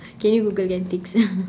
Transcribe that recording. can you google antics